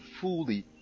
fully